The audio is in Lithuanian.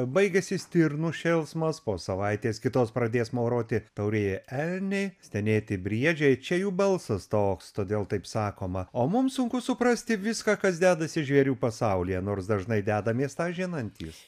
baigėsi stirnų šėlsmas po savaitės kitos pradės mauroti taurieji elniai stenėti briedžiai čia jų balsas toks todėl taip sakoma o mums sunku suprasti viską kas dedasi žvėrių pasaulyje nors dažnai dedamės tą žinantys